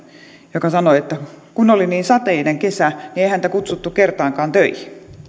joka sanoi että kun oli niin sateinen kesä niin ei häntä kutsuttu kertaakaan töihin